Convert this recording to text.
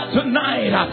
tonight